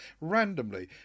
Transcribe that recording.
randomly